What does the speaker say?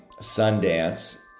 Sundance